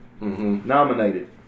nominated